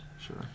Sure